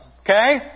Okay